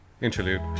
Interlude